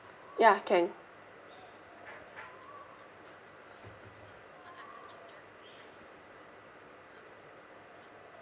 ya can